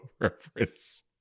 reference